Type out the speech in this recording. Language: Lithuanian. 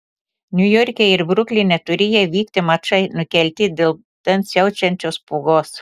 niujorke ir brukline turėję vykti mačai nukelti dėl ten siaučiančios pūgos